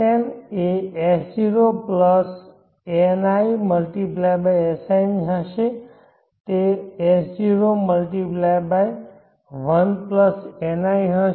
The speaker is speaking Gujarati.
Sn એ S0S0×ni હશે તે S0×1ni હશે